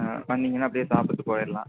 வந்தீங்கன்னால் அப்படியே சாப்பிட்டுட்டு போயிடலாம்